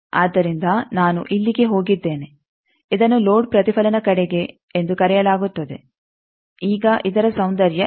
ಆದ್ದರಿಂದ ನಾನು ಇಲ್ಲಿಗೆ ಹೋಗಿದ್ದೇನೆ ಇದನ್ನು ಲೋಡ್ ಪ್ರತಿಫಲನ ಕಡೆಗೆ ಎಂದು ಕರೆಯಲಾಗುತ್ತದೆ ಈಗ ಇದರ ಸೌಂದರ್ಯ ಏನು